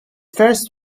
first